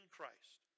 Christ